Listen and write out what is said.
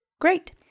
Great